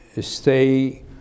stay